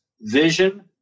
vision